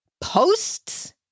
posts